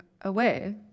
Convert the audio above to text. away